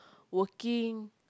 working